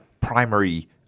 primary